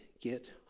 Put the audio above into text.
get